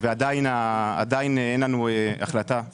ועדיין אין לנו החלטה של